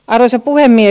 arvoisa puhemies